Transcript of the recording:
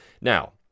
Now